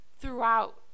throughout